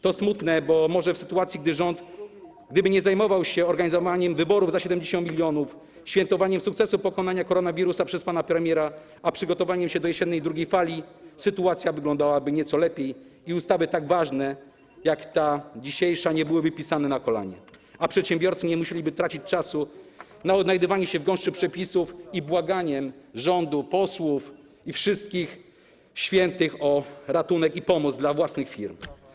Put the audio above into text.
To smutne, bo może gdyby rząd nie zajmował się organizowaniem wyborów za 70 mln, świętowaniem sukcesu pokonania koronawirusa przez pana premiera, natomiast zajmował się przygotowaniem do jesiennej drugiej fali, sytuacja wyglądałaby nieco lepiej i ustawy tak ważne jak ta dzisiejsza nie byłyby pisane na kolanie, a przedsiębiorcy nie musieliby tracić czasu na odnajdywanie się w gąszczu przepisów i błaganie rządu, posłów i wszystkich świętych o ratunek i pomoc dla własnych firm.